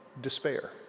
despair